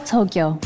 Tokyo